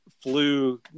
flew